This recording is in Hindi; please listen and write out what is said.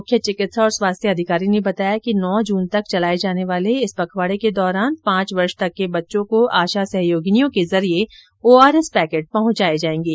मुख्य चिकित्सा और स्वास्थ्य अधिकारी ने बताया कि नौ जून तक चलाये जाने वाले इस पखवाडे के दौरान पांच वर्ष तक के बच्चों को आशा सहयोगिनियों के जरिए ओआरएस पैकेट पहुंचाए जाएंगे